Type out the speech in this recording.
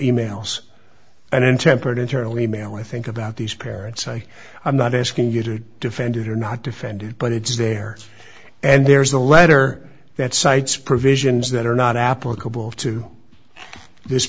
e mails and intemperate internal e mail i think about these parents i i'm not asking you to defend it or not defend it but it is there and there's a letter that cites provisions that are not applicable to this